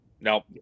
Nope